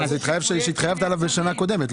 שהתחייבת עליו בשנה קודמת.